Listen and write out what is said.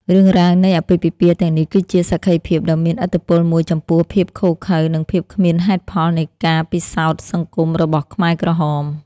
រឿងរ៉ាវនៃអាពាហ៍ពិពាហ៍ទាំងនេះគឺជាសក្ខីភាពដ៏មានឥទ្ធិពលមួយចំពោះភាពឃោរឃៅនិងភាពគ្មានហេតុផលនៃការពិសោធន៍សង្គមរបស់ខ្មែរក្រហម។